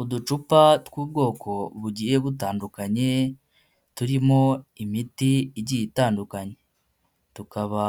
Uducupa tw'ubwoko bugiye butandukanye turimo imiti igiye itandukanye, tukaba